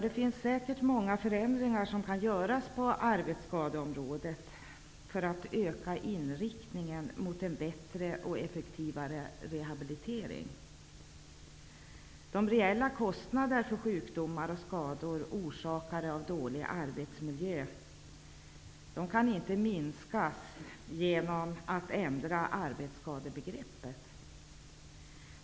Det finns säkert många förändringar som kan göras på arbetsskadeområdet för att få till stånd en bättre och effektivare rehabilitering. De reella kostnaderna för sjukdomar och skador orsakade av dåliga arbetsmiljöer kan inte minskas genom att man ändrar arbetsskadebegreppet.